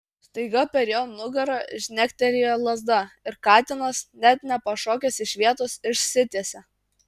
staiga per jo nugarą žnektelėjo lazda ir katinas net nepašokęs iš vietos išsitiesė